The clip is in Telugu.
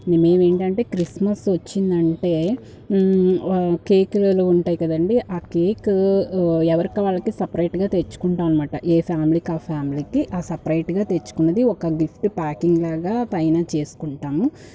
మేమేంటంటే క్రిస్మస్ వచ్చిందంటే వా కేక్లలో ఉంటాయి కదండీ ఆ కేక్ ఎవరికి వాళ్ళకి సపరేట్గా తెచ్చుకుంటామన్మాట ఏ ఫ్యామిలీకి ఆ ఫ్యామిలీకి ఆ సపరేటుగా తెచ్చుకున్నది ఒక గిఫ్ట్ ప్యాకింగ్లాగా పైన చేస్కుంటాము